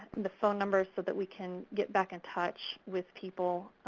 the phone number, so that we can get back in touch with people.